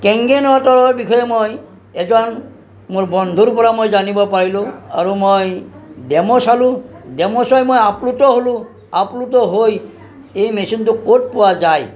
Kangen ৱাটাৰৰ বিষয়ে মই এজন মোৰ বন্ধুৰ পৰা মই জানিব পাৰিলোঁ আৰু মই ডেম' চালোঁ ডেম' চাই মই আপ্লুত হ'লো আপ্লুত হৈ এই মেচিনটো ক'ত পোৱা যায়